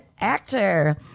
actor